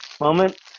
moment